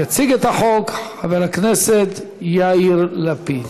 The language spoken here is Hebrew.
יציג את החוק חבר הכנסת יאיר לפיד.